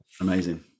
amazing